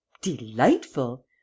Delightful